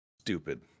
stupid